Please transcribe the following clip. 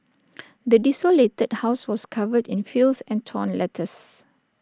the desolated house was covered in filth and torn letters